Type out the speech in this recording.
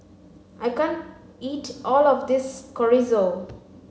I can't eat all of this Chorizo